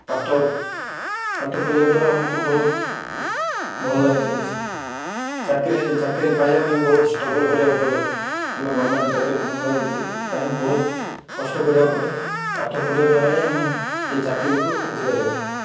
ପାଠ ପାଠ ପଢ଼ିବା ଦ୍ୱାରା ଆମକୁ ବହୁତ ଭଲଲାଗେ ଚାକିରୀ ଚାକିରୀ ପାଇବା ପାଇଁ ବହୁତ ଷ୍ଟ୍ରଗଲ୍ କରିବାକୁ ପଡ଼େ କିମ୍ବା ଗଭର୍ଣ୍ଣମେଣ୍ଟ ଚାକିରୀ କିମ୍ବା ପ୍ରାଇଭେଟ୍ ଚାକିରୀ ପାଇଁ ବହୁତ କଷ୍ଟ କରିବାକୁ ପଡ଼େ ପାଠ ପଢ଼ିବା ଦ୍ୱାରା ହିଁ ଆମେ ସେହି ଚାକିରୀକୁ ଖୋଜିପାରିବା